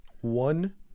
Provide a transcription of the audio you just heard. One